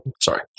Sorry